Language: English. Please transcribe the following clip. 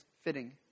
fitting